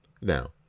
Now